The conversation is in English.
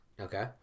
Okay